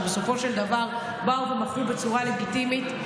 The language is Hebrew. הרי בסופו של דבר הם באו ומחו בצורה לגיטימית.